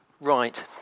Right